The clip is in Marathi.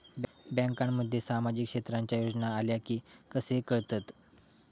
बँकांमध्ये सामाजिक क्षेत्रांच्या योजना आल्या की कसे कळतत?